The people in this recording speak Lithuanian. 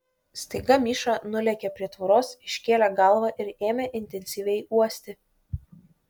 staiga miša nulėkė prie tvoros iškėlė galvą ir ėmė intensyviai uosti